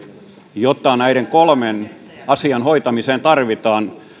jota näiden kolmen asian hoitamiseen tarvitaan